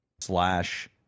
slash